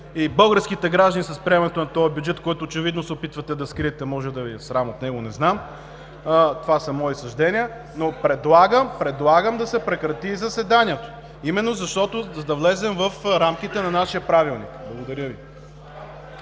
и българските граждани с приемането на този бюджет, който очевидно се опитвате да скриете – може да Ви е срам от него, не знам, това са мои съждения. Предлагам да се прекрати заседанието именно, за да влезем в рамките на нашия Правилник. Благодаря Ви.